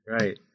Right